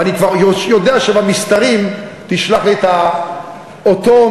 ואני כבר יודע שבמסתרים תשלח לי את אותם